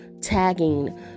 tagging